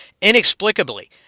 inexplicably